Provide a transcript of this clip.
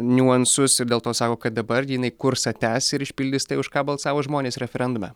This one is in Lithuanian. niuansus ir dėl to sako kad dabar jinai kursą tęs ir išpildys tai už ką balsavo žmonės referendume